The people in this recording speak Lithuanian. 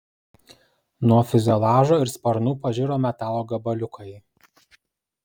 nuo fiuzeliažo ir sparnų pažiro metalo gabaliukai